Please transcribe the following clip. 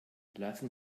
lassen